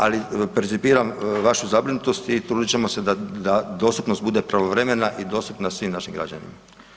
Ali percipiram vašu zabrinutost i trudit ćemo se da, da dostupnost bude pravovremena i dostupna svim našim građanima.